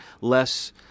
less